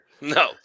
no